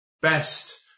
best